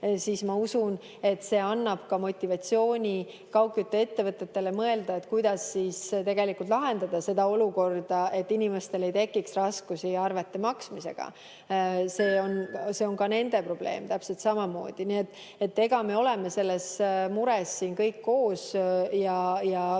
siis ma usun, et see annab ka motivatsiooni kaugkütteettevõtjatele mõelda, kuidas lahendada seda olukorda, et inimestel ei tekiks raskusi arvete maksmisega. See on ka nende probleem täpselt samamoodi. Nii et me oleme selles mures siin kõik koos ja tõusnud